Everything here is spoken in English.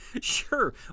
Sure